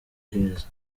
aheza